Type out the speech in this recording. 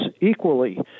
equally